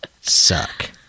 suck